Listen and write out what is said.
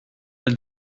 elle